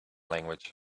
language